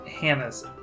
Hannah's